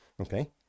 okay